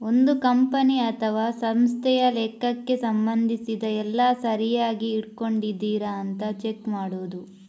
ಒಂದು ಕಂಪನಿ ಅಥವಾ ಸಂಸ್ಥೆಯ ಲೆಕ್ಕಕ್ಕೆ ಸಂಬಂಧಿಸಿದ ಎಲ್ಲ ಸರಿಯಾಗಿ ಇಟ್ಕೊಂಡಿದರಾ ಅಂತ ಚೆಕ್ ಮಾಡುದು